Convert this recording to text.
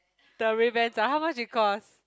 the ray-bans ah how much it cost